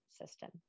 system